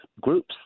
groups